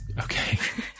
Okay